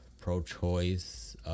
pro-choice